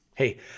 Hey